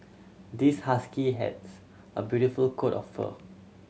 this husky has a beautiful coat of fur